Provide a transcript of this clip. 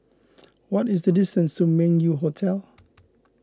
what is the distance to Meng Yew Hotel